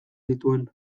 zituen